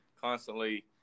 constantly